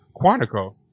Quantico